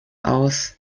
aus